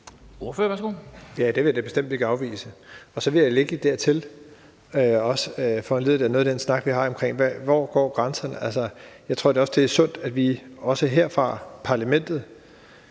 det vil jeg da bestemt ikke afvise. Og så vil jeg dertil lægge – også foranlediget af noget af den snak, vi har om, hvor grænserne går – at jeg også tror, det er sundt, at vi også her fra parlamentets